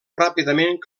ràpidament